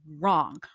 wrong